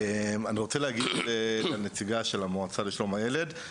אני רוצה להגיב לנציגה של המועצה לשלום הילד.